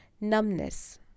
numbness